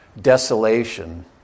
desolation